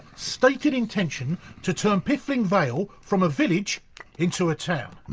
stated intention to turn piffling vale from a village into a town. mmm.